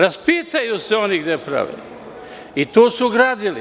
Raspitaju se oni gde da prave, i tu su gradili.